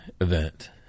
event